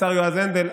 לשר יועז הנדל.